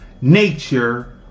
Nature